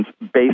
based